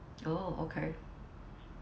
oh okay